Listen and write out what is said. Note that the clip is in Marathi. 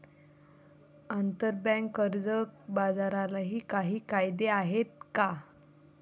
आंतरबँक कर्ज बाजारालाही काही कायदे आहेत का?